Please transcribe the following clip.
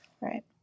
Right